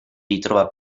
ritrova